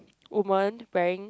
woman wearing